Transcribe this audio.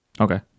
Okay